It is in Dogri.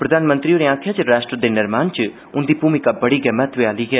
प्रधानमंत्री होरें आक्खेआ जे राष्ट्र दे निर्माण च उन्दी भूमिका बड़ी गै महत्वपूर्ण ऐ